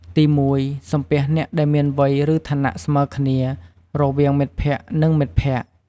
ទីមួយ សំពះអ្នកដែលមាន វ័យ ឬ ឋានៈស្មើគ្នា រវាងមិត្តភក្តិ និងមិត្តភក្តិ។